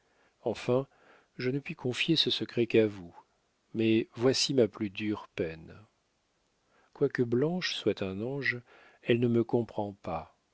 enfin je ne puis confier ce secret qu'à vous mais voici ma plus dure peine quoique blanche soit un ange elle ne me comprend pas